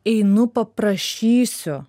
einu paprašysiu